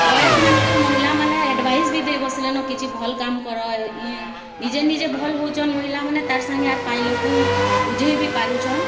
ବଏଜ୍ମାନଙ୍କୁ ମହିଲାମାନେ ଏଡ଼ଭାଇଜ୍ ବି ଦେଇ ବସଲେନ କିଛି ଭଲ୍ କାମ୍ କର ଇ ନିଜେ ନିଜେ ଭଲ୍ ହଉଛନ୍ ମହିଲା ମାନେ ତାର୍ ସାଙ୍ଗେ ଆର୍ ପାଞ୍ଚ ଲୋଗ୍ଙ୍କୁ ବୁଝେଇ ବି ପାରୁଛନ୍